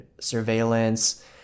surveillance